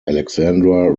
alexandra